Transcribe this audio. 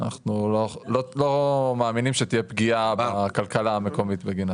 אנחנו לא מאמינים שתהיה פגיעה בכלכלה המקומית.